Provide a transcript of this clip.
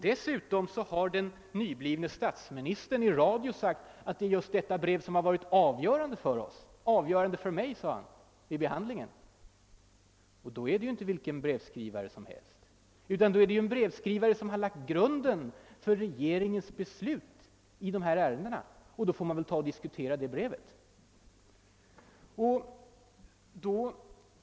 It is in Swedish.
Dessutom har vår nyblivne statsminister i radio framhållit att just detta brev varit avgörande för regeringen — »avgörande för mig» sade han. Då är det ju inte fråga om vilken brevskrivare som helst, utan om en person och ett brev som lagt grunden för regeringens beslut i dessa ärenden. Då måste man också diskutera detta brev.